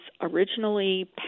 originally